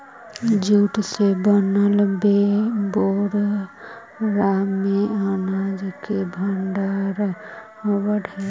jute से बनल बोरा में अनाज के भण्डारण होवऽ हइ